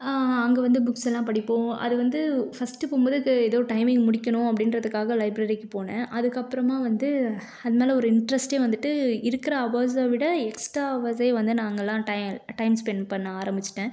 அங்கே வந்து புக்ஸெல்லாம் படிப்போம் அது வந்து ஃபஸ்ட் போகும்போது அதுக்கு ஏதோ டைமிங் முடிக்கணும் அப்படின்றதுக்காக லைப்ரரிக்கு போன அதுக்கப்புறமா வந்து அது மேலே ஒரு இன்ட்ரெஸ்ட்டே வந்துட்டு இருக்கிற ஹவர்ஸை விட எக்ஸ்ட்ரா ஹவர்ஸே வந்து நாங்கள்லாம் டை டைம் ஸ்பெண்ட் பண்ண ஆரம்பிச்சிட்டேன்